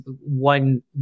one